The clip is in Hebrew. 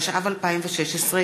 התשע"ו 2016,